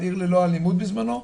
על עיר ללא אלימות בזמנו,